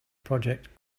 project